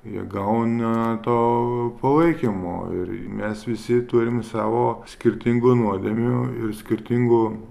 jie gauna to palaikymo ir į mes visi turim savo skirtingų nuodėmių ir skirtingų